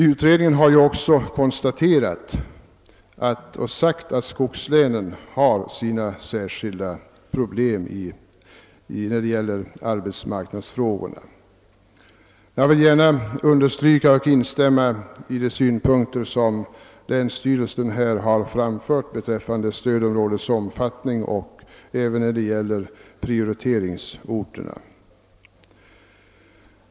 Utredningen har också uttalat att skogslänen har särskilda problem när det gäller arbetsmarknadsfrågorna. Jag vill gärna instämma i och understryka de synpunkter som länsstyrelsen har framfört beträffande stödområdets omfattning och när det gäller priorite ringsorter.